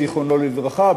זיכרונו לברכה,